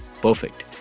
perfect